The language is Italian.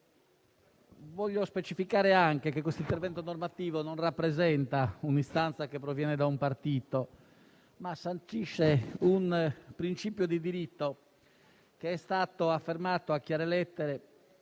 Voglio specificare anche che questo intervento normativo non rappresenta un'istanza che proviene da un partito; esso sancisce invece un principio di diritto che è stato affermato a chiare lettere